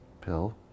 pill